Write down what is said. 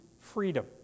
freedom